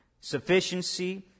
sufficiency